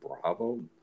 Bravo